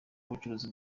ubucuruzi